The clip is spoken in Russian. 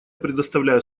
предоставляю